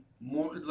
more